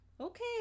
okay